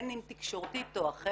בין אם תקשורתית או אחרת,